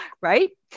Right